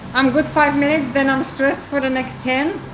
i'm good. five minutes, then i'm stressed for the next ten.